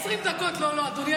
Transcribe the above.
20 דקות, לא, לא.